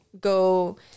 go